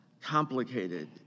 complicated